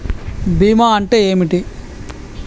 బీమా అంటే ఏమిటి?